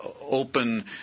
open